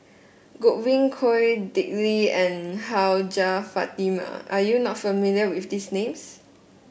Godwin Koay Dick Lee and Hajjah Fatimah are you not familiar with these names